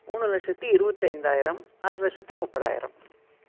மூணு லட்சத்தி இருபத்து ஐந்தாயிரம் ஆறு லட்சத்தி முப்பதாயிரம்